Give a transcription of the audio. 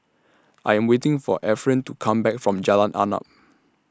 I Am waiting For Ephraim to Come Back from Jalan Arnap